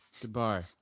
Goodbye